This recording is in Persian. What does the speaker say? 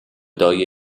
دایه